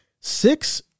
six